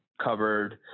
covered